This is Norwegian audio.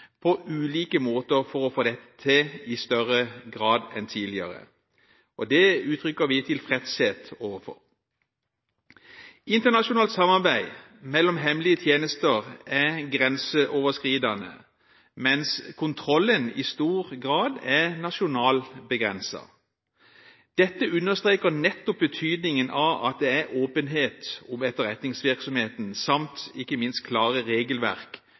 på ulike måter for å få til dette i større grad enn tidligere. Det uttrykker vi tilfredshet med. Internasjonalt samarbeid mellom hemmelige tjenester er grenseoverskridende, mens kontrollen i stor grad er nasjonalt begrenset. Dette understreker nettopp betydningen av at det er åpenhet om etterretningsvirksomheten og ikke minst klare regelverk